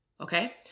Okay